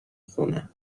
خونه